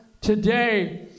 today